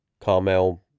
carmel